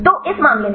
तो इस मामले में